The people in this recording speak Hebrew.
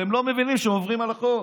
והם לא מבינים שהם עוברים על החוק.